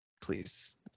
Please